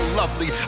lovely